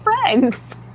friends